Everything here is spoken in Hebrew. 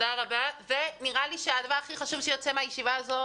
הדבר החשוב שיוצא מישיבה זו,